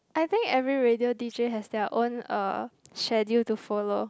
I think every radio d_j has their own uh schedule to follow